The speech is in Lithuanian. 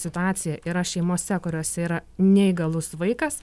situacija yra šeimose kuriose yra neįgalus vaikas